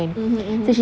mmhmm mmhmm